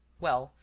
well,